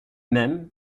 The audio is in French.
mêmes